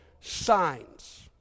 signs